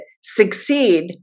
succeed